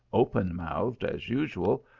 open-mouthed as usual,